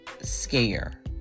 scare